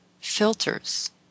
filters